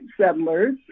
settlers